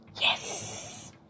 Yes